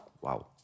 Wow